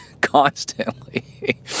constantly